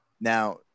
Now